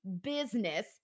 business